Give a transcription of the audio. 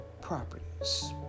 properties